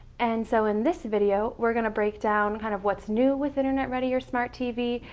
and so in this video we're gonna break down kind of what's new with internet-ready, or smart tv,